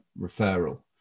referral